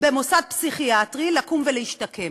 במוסד פסיכיאטרי לקום ולהשתקם.